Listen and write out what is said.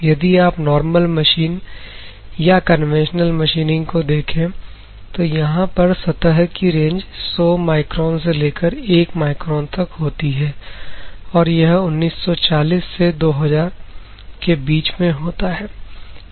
यदि आप normal machine या कन्वेंशनल मशीनिंग को देखें तो यहां पर सतह की रेंज 100 माइक्रोन से लेकर एक माइक्रोन तक होती है और यह 1940 से 2000 के बीच में होता है